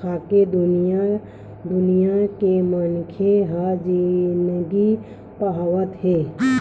खाके दुनिया के मनखे ह जिनगी पहावत हे